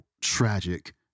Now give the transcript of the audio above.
tragic